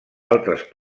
altres